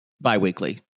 bi-weekly